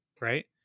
Right